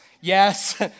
Yes